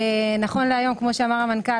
נכון להיום כפי שאמר המנכ"ל,